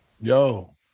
yo